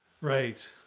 right